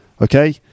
Okay